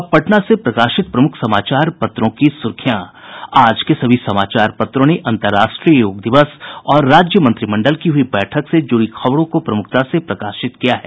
अब पटना से प्रकाशित प्रमुख समाचार पत्रों की सुर्खियां आज के सभी समाचार पत्रों ने अंतरराष्ट्रीय योग दिवस और राज्य मंत्रिमंडल की हुयी बैठक से जुड़ी खबरों को प्रमुखता से प्रकाशित किया है